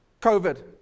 COVID